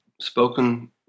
spoken